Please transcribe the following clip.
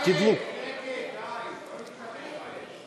לשנת הכספים 2017, כהצעת הוועדה, נתקבל.